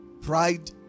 Pride